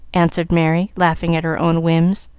answered merry, laughing at her own whims.